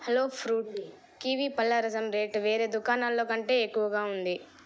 hello fruit kiwi పండ్ల రసం rate వేరే దుకాణాల్లో కంటే ఎక్కువగా ఉంది